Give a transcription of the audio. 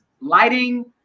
lighting